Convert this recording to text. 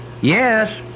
Yes